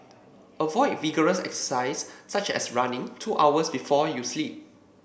avoid vigorous exercise such as running two hours before you sleep